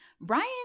Brian